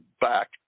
back